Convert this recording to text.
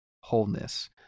wholeness